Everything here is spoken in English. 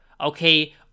okay